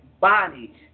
body